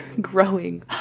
growing